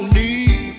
need